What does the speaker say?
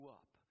up